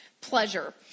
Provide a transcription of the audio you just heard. pleasure